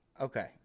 Okay